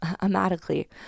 automatically